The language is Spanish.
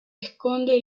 esconde